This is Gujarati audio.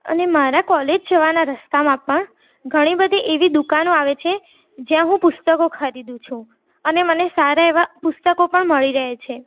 અને મારા કોલેજ જવાના રસ્તામાં પણ ઘણી બધી એવી દુકાનો આવે છે જ્યાં હું પુસ્તકો ખરીદું છું અને મને સારા એવા પુસ્તકો પણ મળી રહે છે